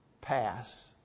pass